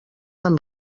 amb